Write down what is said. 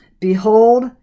Behold